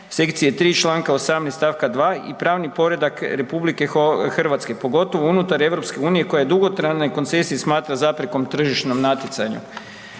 sekcije 3, čl. 18. st. 2. i pravni poredak RH, pogotovo unutar EU koja dugotrajnu koncesiju smatra zaprekom tržišnom natjecanju.